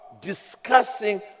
discussing